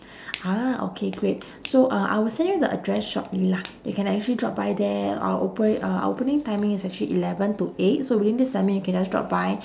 ah okay great so uh I will send you the address shortly lah you can actually drop by there our opera~ uh opening timing is actually eleven to eight so within this timing you can just drop by